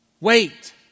Wait